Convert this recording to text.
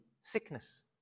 sickness